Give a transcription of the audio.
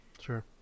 Sure